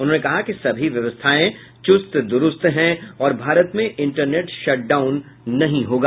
उन्होंने कहा कि सभी व्यवस्थाएं चुस्त दुरुस्त हैं और भारत में इंटरनेट शटडाउन नहीं होगा